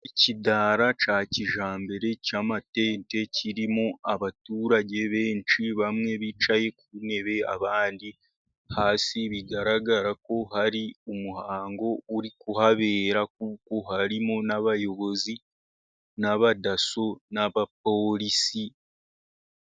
Ikidara cya kijyambere cy'amatente kirimo abaturage benshi. Bamwe bicaye ku ntebe, abandi hasi. Bigaragara ko hari umuhango uri kuhabera, kuko harimo n'abayobozi n'abadaso n'abapolisi.